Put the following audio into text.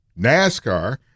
NASCAR